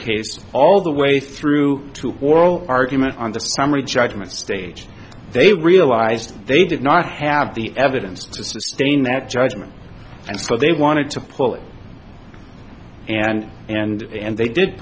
case all the way through oral argument on the summary judgment stage they realized they did not have the evidence to sustain that judgment and so they wanted to pull it and and and they did